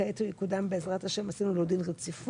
כעת הוא יקודם בעזרת ה' עשינו לו דין רציפות,